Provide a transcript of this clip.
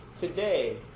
today